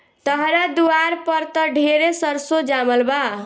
तहरा दुआर पर त ढेरे सरसो जामल बा